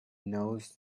knows